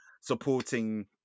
supporting